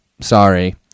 sorry